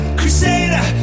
crusader